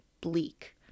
bleak